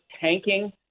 tanking